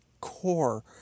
core